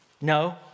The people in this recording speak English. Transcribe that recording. no